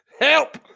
Help